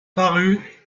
parus